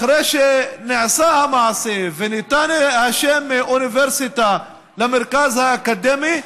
אחרי שנעשה המעשה וניתן השם אוניברסיטה למרכז האקדמי,